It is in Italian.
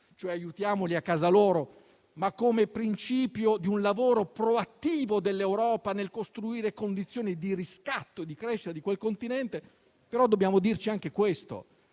«aiutiamoli a casa loro», ma come principio di un lavoro proattivo dell'Europa nel costruire condizioni di riscatto e di crescita di quel continente. Però dobbiamo dirci anche che